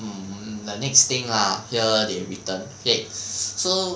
um the next thing ah here they written K so